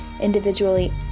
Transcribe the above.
individually